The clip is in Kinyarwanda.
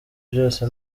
byose